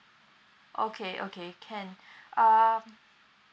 okay okay can uh